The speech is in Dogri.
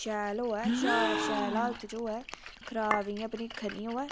शैल होऐ शैल हालत च होऐ खराब इयां नेई होऐ खरी होऐ